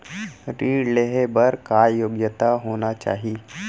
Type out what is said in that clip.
ऋण लेहे बर का योग्यता होना चाही?